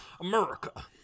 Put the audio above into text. America